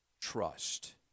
trust